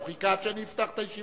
הוא חיכה עד שאני אפתח את הישיבה.